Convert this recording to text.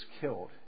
killed